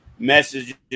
messages